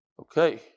Okay